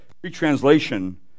pre-translation